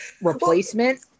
replacement